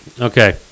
Okay